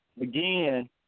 again